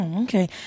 Okay